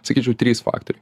sakyčiau trys faktoriai